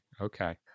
Okay